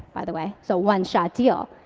by the way. so one shot deal.